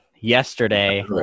yesterday